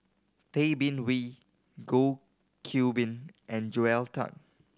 Tay Bin Wee Goh Qiu Bin and Joel Tan